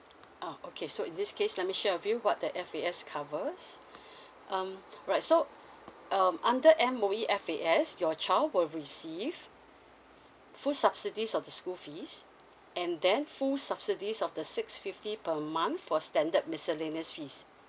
oh okay so in this case let me share with you what that F_A_S covers um right so um under M_O_E F_A_S your child will receive full subsidies of the school fees and then full subsidies of the six fifty per month for standard miscellaneous fees